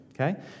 okay